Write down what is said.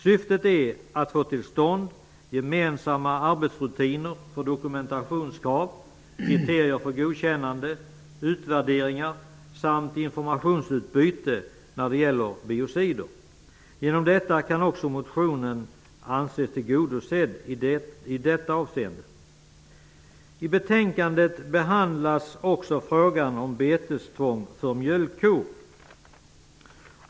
Syftet är att få till stånd gemensamma arbetsrutiner för dokumentationskrav, kriterier för godkännande, utvärderingar samt informationsutbyte när det gäller biocider. Härigenom kan också motionen anses tillgodosedd i detta avseende. I betänkandet behandlas, som sagt, också frågan om betestvång för mjölkkor.